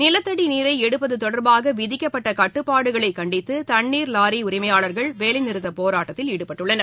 நிலத்தடி நீரை எடுப்பது தொடர்பாக விதிக்கப்பட்ட கட்டுப்பாடுகளை கண்டித்து தண்ணீர் வாரி உரிமையாளர்கள் வேலைநிறுத்தப் போராட்டத்தில் ஈடுபட்டுள்ளனர்